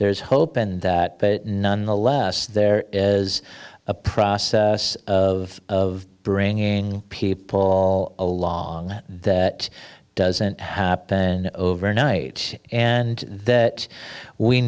there is hope in that but nonetheless there is a process of of bringing people along that doesn't happen overnight and that we